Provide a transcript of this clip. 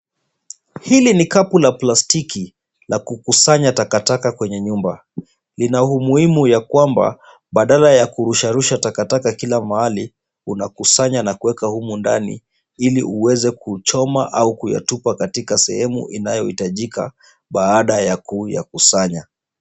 Hili ni kapu la plastiki la kukusanya takataka kwenye nyumba. Ina umuhimu ya kwamba badala ya kurusha rusha takataka kila mahali, unakusanya na kuweka humu ndani ili uweze kuchoma au kuyatupa katika sehemu inayohitajika baada ya kukusanya.